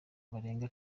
barenga